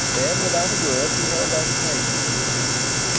then, without a word, he held out a paper to his visitor.